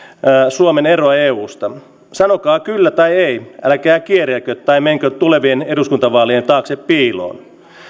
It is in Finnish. suomen eroa eusta sanokaa kyllä tai ei älkää kierrelkö tai menkö tulevien eduskuntavaalien taakse piiloon